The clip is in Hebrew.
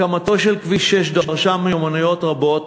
הקמתו של כביש 6 דרשה מיומנויות רבות